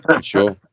sure